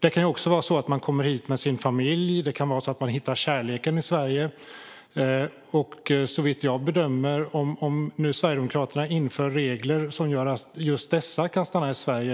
Det kan också vara så att studenterna kommer hit med sina familjer eller hittar kärleken i Sverige. Såvitt jag kan bedöma ökar invandringen om Sverigedemokraterna inför regler som gör att just dessa personer kan stanna i Sverige.